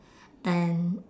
and